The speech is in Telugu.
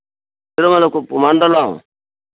తిరుమలకుప్పం మండలం